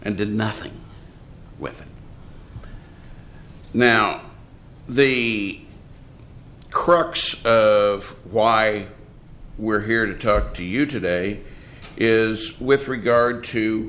and did nothing with it now the crux of why we're here to talk to you today is with regard to